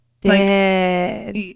dead